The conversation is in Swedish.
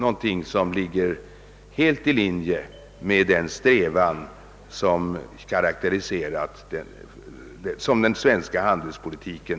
Den ligger helt i linje med den strävan som kommit till uttryck i den svenska handelspolitiken.